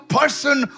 person